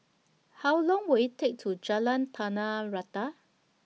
How Long Will IT Take to Jalan Tanah Rata